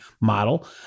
model